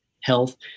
health